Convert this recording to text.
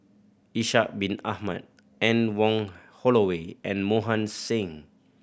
Ishak Bin Ahmad Anne Wong Holloway and Mohan Singh